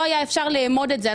לא היה אפשר לאמוד את זה.